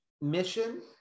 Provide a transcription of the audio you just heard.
mission